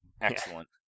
Excellent